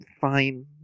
fine